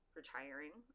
retiring